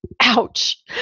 Ouch